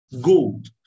gold